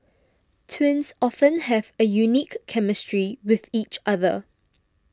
twins often have a unique chemistry with each other